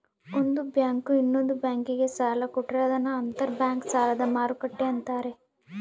ಒಂದು ಬ್ಯಾಂಕು ಇನ್ನೊಂದ್ ಬ್ಯಾಂಕಿಗೆ ಸಾಲ ಕೊಟ್ರೆ ಅದನ್ನ ಅಂತರ್ ಬ್ಯಾಂಕ್ ಸಾಲದ ಮರುಕ್ಕಟ್ಟೆ ಅಂತಾರೆ